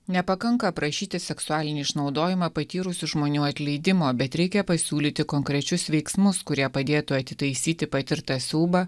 nepakanka aprašyti seksualinį išnaudojimą patyrusių žmonių atleidimo bet reikia pasiūlyti konkrečius veiksmus kurie padėtų atitaisyti patirtą siaubą